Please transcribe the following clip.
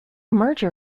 merger